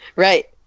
Right